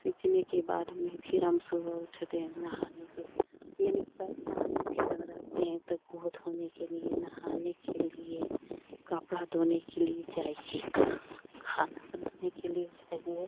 सींचने के बाद में फिर हम सुबह उठते हैं नहाने के यानी पानी फिर हम रहते हैं तो मुँह धोने के लिए नहाने के लिए कपड़ा धोने के लिए चाहिए खाना बनाने के लिए चाहिए